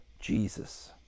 Jesus